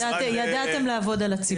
ידעתם לעבוד על הציבור.